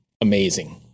amazing